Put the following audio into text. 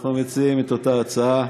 אנחנו מציעים את אותה הצעה.